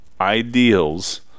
ideals